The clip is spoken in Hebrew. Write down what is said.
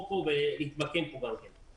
להתמקם במקום הזה.